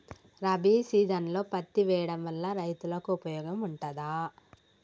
రబీ సీజన్లో పత్తి వేయడం వల్ల రైతులకు ఉపయోగం ఉంటదా?